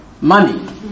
money